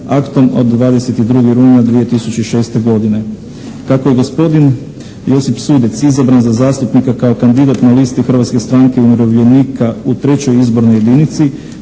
aktom od 22. rujna 2006. godine. Kako je gospodin Josip Sudec izabran za zastupnika kao kandidat na listi Hrvatske stranke umirovljenika u trećoj izbornoj jedinici